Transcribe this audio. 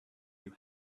you